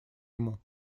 ему